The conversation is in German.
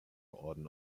orden